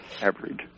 average